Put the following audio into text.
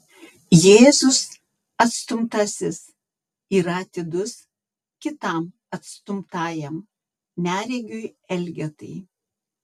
jėzus atstumtasis yra atidus kitam atstumtajam neregiui elgetai